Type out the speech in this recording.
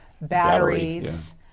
batteries